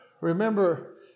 Remember